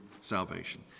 salvation